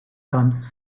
comes